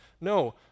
No